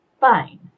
Fine